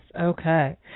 Okay